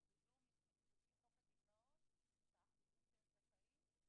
אתה מרשה לי קצת לשנות את ההיגיון של הצגת העניין.